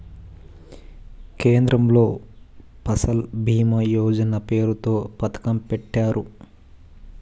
కేంద్రంలో ఫసల్ భీమా యోజన పేరుతో పథకం పెట్టారు